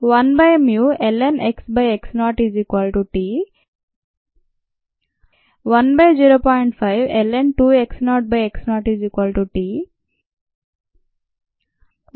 1ln xx0t 10